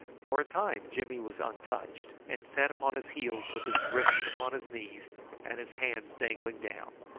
for a time jimmy was untouched, and sat upon his heels with his wrists upon his knees and his hands dangling down,